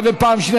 שיקרת לכולם.